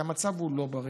כי המצב הוא לא בריא,